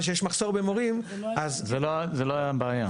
שיש מחסור במורים אז --- זאת לא הייתה הבעיה.